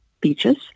beaches